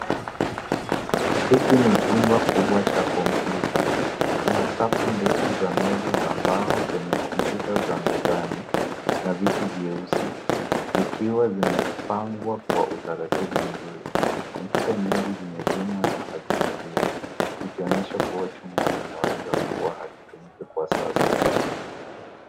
Hiki ni chumba kubwa cha kompyuta . Kuna safu ndefu za meza za mbao zenye kompyuta za mezani na viti vyeusi zikiwa zimepangwa kwa utaratibu mzuri. Kompyuta mingi zimezimwa na hazitumiki zikionyesha kuwa chumba kinaweza kuwa hakitumiki kwa sasa.